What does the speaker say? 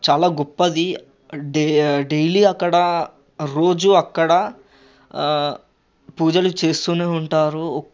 చాలా గొప్పదీ అంటే డైలీ అక్కడ రోజు అక్కడ పూజలు చేస్తూనే ఉంటారు